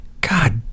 God